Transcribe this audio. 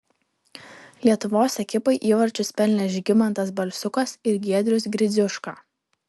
lietuvos ekipai įvarčius pelnė žygimantas balsiukas ir giedrius gridziuška